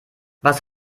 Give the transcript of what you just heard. was